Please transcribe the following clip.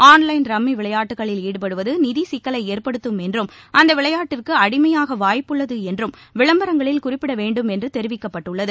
online rummy விளையாட்டுகளில் ஈடுபடுவது நிதி சிக்கலை ஏற்படுத்தும் என்றும் அந்த விளையாட்டிற்கு அடிமையாக வாய்ப்புள்ளது என்றும் விளம்பரங்களில் குறிப்பிட வேண்டும் என்று தெரிவிக்கப்பட்டுள்ளது